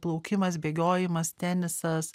plaukimas bėgiojimas tenisas